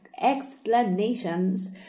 explanations